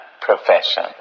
profession